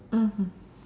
mmhmm